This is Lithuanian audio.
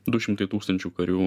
du šimtai tūkstančių karių